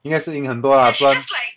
应该是赢很多啦不然